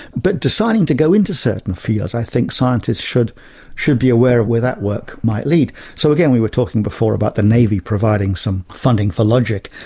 but, deciding to go into certain fields, i think scientists should should be aware of where that work might lead. so again, we were talking before about the navy providing some funding for logic.